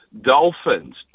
Dolphins